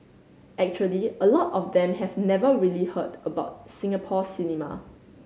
actually a lot of them have never really heard about Singapore cinema